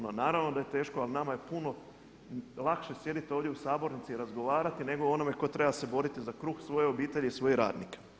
Naravno da je teško ali nama je puno lakše sjediti ovdje u sabornici i razgovarati nego onome tko treba se boriti za kruh svoje obitelji i svojih radnika.